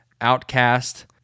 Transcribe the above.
outcast